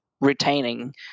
retaining